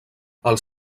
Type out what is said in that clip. els